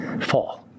fall